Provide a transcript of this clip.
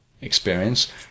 experience